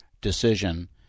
decision